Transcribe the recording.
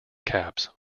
caps